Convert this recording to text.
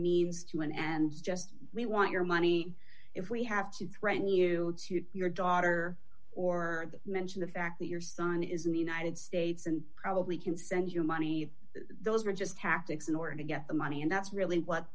means to an end just we want your money if we have to threaten you to your daughter or mention the fact that your son is in the united states and probably can send you money those are just tactics in order to get the money and that's really what